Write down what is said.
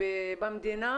במדינה